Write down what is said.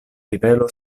rivero